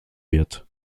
wird